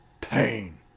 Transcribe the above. Pain